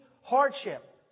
hardship